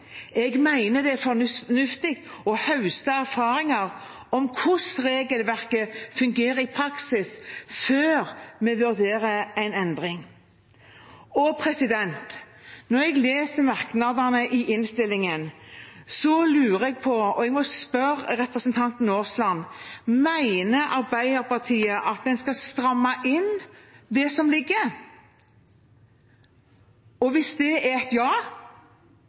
Jeg mener det er fornuftig å høste erfaringer om hvordan regelverket fungerer i praksis, før vi vurderer en endring. Når jeg leser merknadene i innstillingen, lurer jeg på – og jeg må spørre representanten Aasland: Mener Arbeiderpartiet at en skal stramme inn det som foreligger? Hvis svaret er ja,